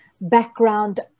background